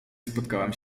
spotkałam